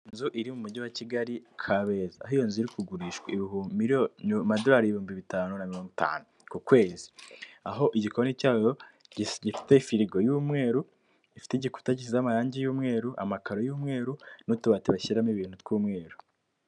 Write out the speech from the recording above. Inzu iri mu mujyi wa Kigali, Kabeza. Aho iyonzu iri kugurishwa amadorari ibihumbi bitanu na mirongo itanu ku kwezi. Aho igikoni cyayo gifite firigo y'umweru ifite igikuta kiza, amarangi y'umweru, amakaro y'umweru n'utubati bashyiramo ibintu tw'umweru.